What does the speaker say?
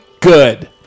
good